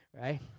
right